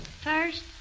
First